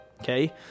Okay